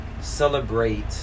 celebrate